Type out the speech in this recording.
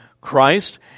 Christ